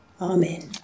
Amen